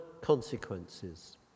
consequences